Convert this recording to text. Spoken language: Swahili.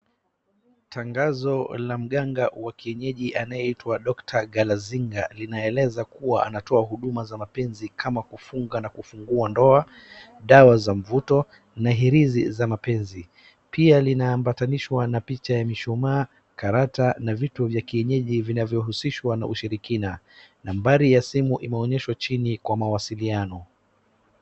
Tangazo la mganga wa kienyeji anayeitwa doctor Galazinga linaeleza kuwa anatoa huduma za mapenzi kama kufunga na kufungua ndoa, dawa za mvuto na hirizi za mapenzi. Pia linaambatanishwa na picha ya mishumaa, karata na vitu vya kienyeji vinavyohusishwa na ushirikina. Nambari ya simu imeonyeshwa chini kwa mawasiliano.